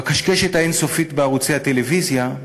בקשקשת האין-סופית בערוצי הטלוויזיה,